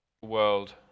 World